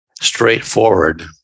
straightforward